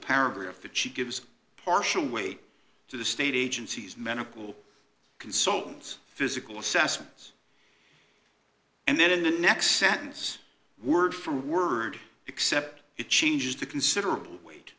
paragraph that she gives partial weight to the state agencies medical consultants physical assessments and then in the next sentence word for word except it changes to considerable weight